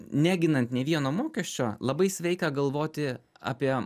neginant nė vieno mokesčio labai sveika galvoti apie